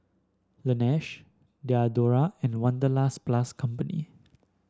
Laneige Diadora and Wanderlust Plus Company